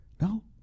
No